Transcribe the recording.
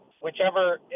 whichever –